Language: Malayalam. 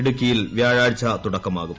ഇടുക്കിയിൽ വ്യാഴാഴ്ച തുടക്കമാകും